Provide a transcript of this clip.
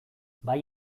bai